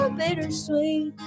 bittersweet